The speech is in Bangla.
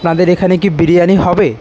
আপনাদের এখানে কি বিরিয়ানি হবে